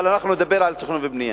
אבל אנחנו נדבר על תכנון ובנייה.